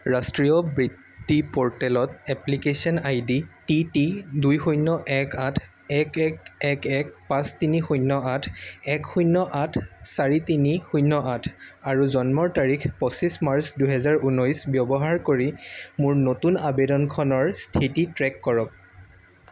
ৰাষ্ট্ৰীয় বৃত্তি প'ৰ্টেলত এপ্লিকেশ্য়ন আইডি টিটি দুই শূন্য এক আঠ এক এক এক এক পাঁচ তিনি শূন্য আঠ এক শূন্য আঠ চাৰি তিনি শূন্য আঠ আৰু জন্মৰ তাৰিখ পঁচিছ মাৰ্চ দুহেজাৰ ঊনৈছ ব্যৱহাৰ কৰি মোৰ নতুন আবেদনখনৰ স্থিতি ট্ৰে'ক কৰক